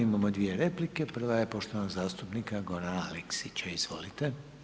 Imamo dvije replike, prva je poštovanog zastupnika Gorana Aleksića, izvolite.